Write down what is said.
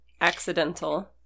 accidental